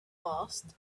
asked